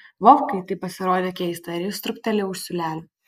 vovkai tai pasirodė keista ir jis trūktelėjo už siūlelio